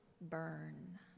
burn